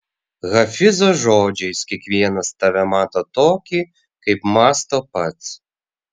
hafizo žodžiais kiekvienas tave mato tokį kaip mąsto pats